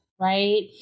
right